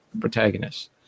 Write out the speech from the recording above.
protagonist